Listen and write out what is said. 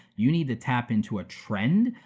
you need to tap into a trend.